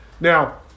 Now